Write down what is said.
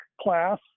class